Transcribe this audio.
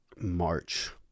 March